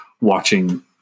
watching